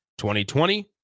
2020